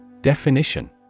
Definition